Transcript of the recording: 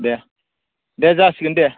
दे दे जासिगोन दे